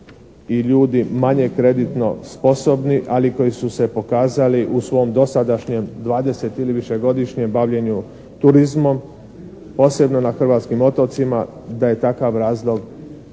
i ljudi manje kreditno sposobni, ali koji su se pokazali u svom dosadašnjem 20 ili višegodišnjem bavljenju turizmom posebno na hrvatskim otocima da je takav razlog opravdan.